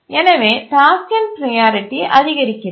எனவே டாஸ்க்கின் ப்ரையாரிட்டி அதிகரிக்கிறது